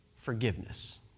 forgiveness